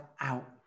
out